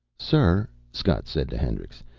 sir, scott said to hendricks.